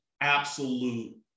absolute